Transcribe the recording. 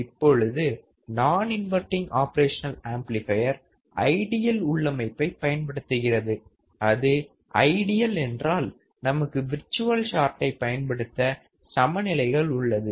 இப்பொழுது நான் inverting operational amplifier ideal உள்ளமைப்பை பயன்படுத்துகிறது அது ஐடியல் என்றால் நமக்கு விர்ச்சுவல் சார்ட்டை பயன்படுத்த சமநிலைகள் உள்ளது